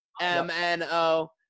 M-N-O